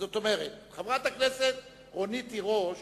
זאת אומרת, חברת הכנסת רונית תירוש